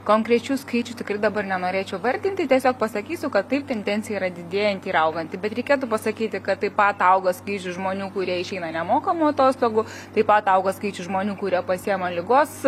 konkrečių skaičių tikrai dabar nenorėčiau vardinti tiesiog pasakysiu kad taip tendencija yra didėjanti ir auganti bet reikėtų pasakyti kad taip pat auga skaičius žmonių kurie išeina nemokamų atostogų taip pat auga skaičius žmonių kurie pasiema ligos